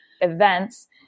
events